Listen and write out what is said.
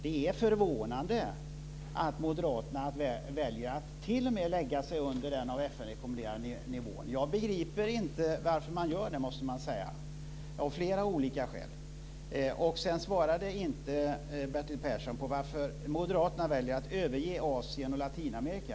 Det är förvånande att moderaterna väljer att t.o.m. lägga sig under den av FN rekommenderade nivån. Jag begriper inte varför man gör det, måste jag säga av flera olika skäl. Bertil Persson svarade inte varför moderaterna väljer att överge Asien och Latinamerika.